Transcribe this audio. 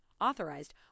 authorized